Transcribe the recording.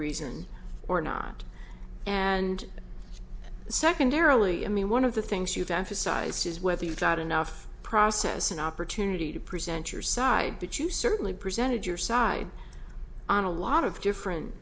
reason or not and secondarily i mean one of the things you've emphasized is whether you've got enough process an opportunity to present your side that you certainly presented your side on a lot of different